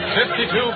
52